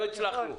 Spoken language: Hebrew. לא הצלחנו.